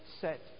set